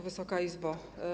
Wysoka Izbo!